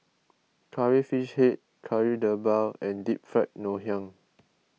Curry Fish Head Kari Debal and Deep Fried Ngoh Hiang